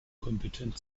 kompetent